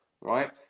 Right